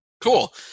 cool